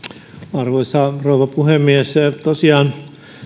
arvoisa rouva puhemies tosiaan